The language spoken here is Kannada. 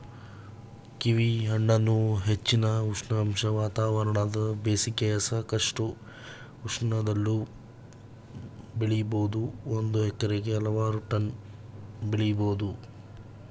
ಕೀವಿಹಣ್ಣನ್ನು ಹೆಚ್ಚಿನ ಉಷ್ಣಾಂಶ ವಾತಾವರಣದ ಬೇಸಿಗೆಯ ಸಾಕಷ್ಟು ಉಷ್ಣದಲ್ಲೂ ಬೆಳಿಬೋದು ಒಂದು ಹೆಕ್ಟೇರ್ಗೆ ಹಲವಾರು ಟನ್ ಬೆಳಿಬೋದು